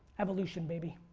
evolution baby.